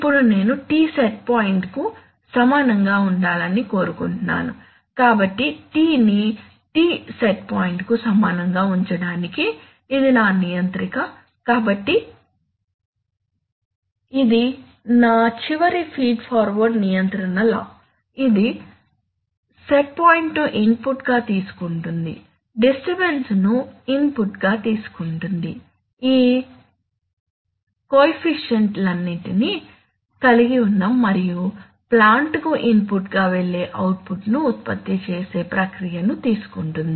ఇప్పుడు నేను T set పాయింట్కు సమానంగా ఉండాలని కోరుకుంటున్నాను కాబట్టి T ని T సెట్ పాయింట్కు సమానంగా ఉంచడానికి ఇది నా నియంత్రిక కాబట్టి ఇది నా చివరి ఫీడ్ఫార్వర్డ్ నియంత్రణ లా ఇది సెట్ పాయింట్ ను ఇన్పుట్ గా తీసుకుంటుంది డిస్టర్బన్స్ ను ఇన్పుట్ గా తీసుకుంటుంది ఈ కోఎఫిసిఎంట్ లన్నింటినీ కలిగి ఉన్న మరియు ప్లాంట్కు ఇన్పుట్గా వెళ్లే అవుట్పుట్ను ఉత్పత్తి చేసే ప్రక్రియ ను తీసుకుంటుంది